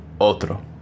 otro